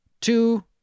two